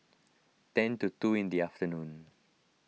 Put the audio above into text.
ten to two in the afternoon